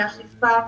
אכיפה,